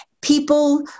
people